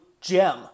gem